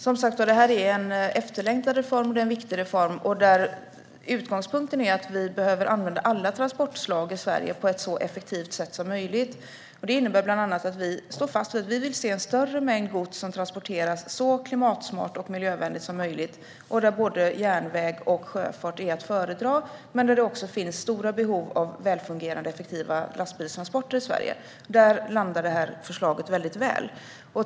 Fru talman! Som sagt är det en efterlängtad och viktig reform. Utgångspunkten är att vi behöver använda alla transportslag i Sverige på ett så effektivt sätt som möjligt. Det innebär bland annat att vi står fast vid att vi vill se en större mängd gods som transporteras så klimatsmart och miljövänligt som möjligt. Där är både järnväg och sjöfart att föredra, men det finns också stora behov av välfungerande, effektiva lastbilstransporter i Sverige. Där landar förslaget väldigt väl.